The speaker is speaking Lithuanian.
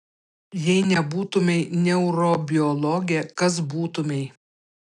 jei nebūtumei neurobiologė kas būtumei